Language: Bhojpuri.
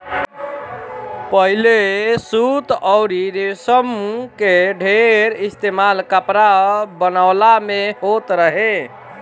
पहिले सूत अउरी रेशम कअ ढेर इस्तेमाल कपड़ा बनवला में होत रहे